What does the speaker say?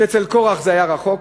שאצל קורח זה היה רחוק,